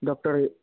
doctor